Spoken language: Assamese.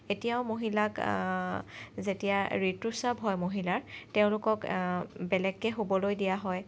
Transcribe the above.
এতিয়াও মহিলাক যেতিয়া ঋতুস্ৰাৱ হয় মহিলাৰ তেওঁলোকক বেলেগকৈ শুবলৈ দিয়া হয়